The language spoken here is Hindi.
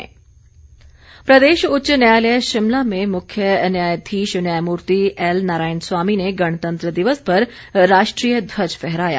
गणतंत्र दिवस हाई कोर्ट प्रदेश उच्च न्यायालय शिमला में मुख्य न्यायाधीश न्यायमूर्ति एल नारायण स्वामी ने गणतंत्र दिवस पर राष्ट्रीय ध्वज फहराया